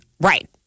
Right